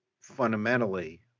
fundamentally